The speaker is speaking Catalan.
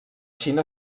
xina